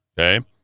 okay